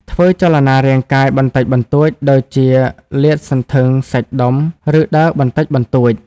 ធ្វើចលនារាងកាយបន្តិចបន្តួចដូចជាលាតសន្ធឹងសាច់ដុំ ឬដើរបន្តិចបន្តួច។